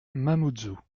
mamoudzou